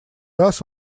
раз